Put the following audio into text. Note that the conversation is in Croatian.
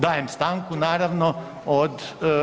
Dajem stanku naravno od…